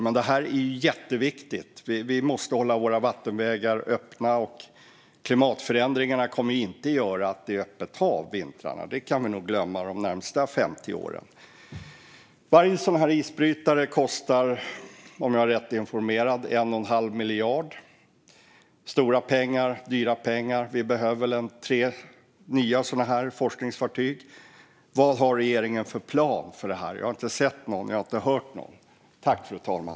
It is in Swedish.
Men det är jätteviktigt att vi håller våra vattenvägar öppna, och klimatförändringarna kommer ju inte att göra att det blir öppet hav under vintrarna. Det kan vi nog glömma de närmaste 50 åren. Om jag är rätt informerad kostar varje sådan här isbrytare 1 1⁄2 miljard, vilket är stora pengar. Vi behöver väl tre sådana nya forskningsfartyg. Vad har regeringen för plan för detta? Jag har inte sett eller hört någon.